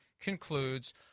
concludes